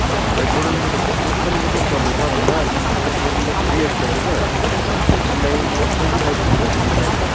भाइ Jordan locally चाहिँ कुन चल्दैछ भन्दा तिम्रो जोर्डन थ्रीहरू चल्दैछ तिमीलाई म ट्वेन्टी फाइभसम्ममा चाहिँ दिउँला नि